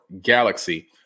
Galaxy